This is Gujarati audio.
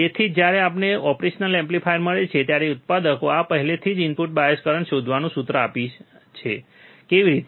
તેથી જ જ્યારે આપણને ઓપરેશનલ એમ્પ્લીફાયર મળે છે ત્યારે ઉત્પાદકો આપણને પહેલાથી જ ઇનપુટ બાયસ કરંટ શોધવાનું સૂત્ર આપે છે કેવી રીતે